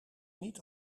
niet